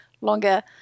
longer